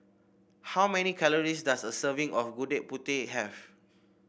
how many calories does a serving of Gudeg Putih have